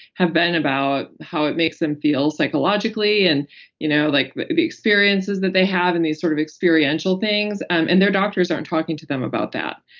have been about how it makes them feel psychologically and you know like the experiences that they have and these sort of experiential things. and their doctors aren't talking to them about that.